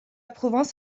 province